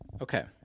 Okay